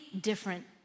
different